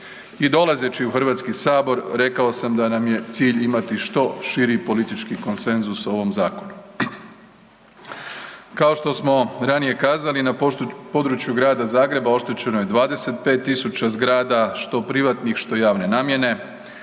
I dolazeći u HS rekao sam da nam je cilj imati što širi politički konsenzus u ovom zakonu. Kao što smo ranije kazali, na području Grada Zagreba oštećeno je 25000 zgrada, što privatnih, što javne namjene.